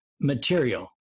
material